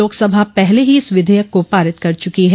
लोकसभा पहले ही इस विधेयक को पारित कर चुकी है